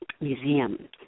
Museum